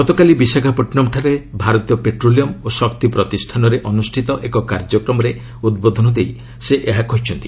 ଗତକାଲି ବିଶାଖାପଟ୍ଟନମ୍ଠାରେ ଭାରତୀୟ ପେଟ୍ରୋଲିୟମ୍ ଓ ଶକ୍ତି ପ୍ରତିଷ୍ଠାନରେ ଅନୁଷ୍ଠିତ ଏକ କାର୍ଯ୍ୟକ୍ରମରେ ଉଦ୍ବୋଧନ ଦେଇ ସେ ଏହା କହିଛନ୍ତି